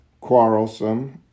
quarrelsome